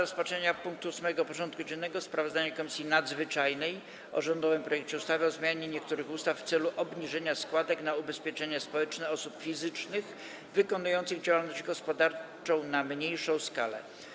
Powracamy do rozpatrzenia punktu 8. porządku dziennego: Sprawozdanie Komisji Nadzwyczajnej o rządowym projekcie ustawy o zmianie niektórych ustaw w celu obniżenia składek na ubezpieczenia społeczne osób fizycznych wykonujących działalność gospodarczą na mniejszą skalę.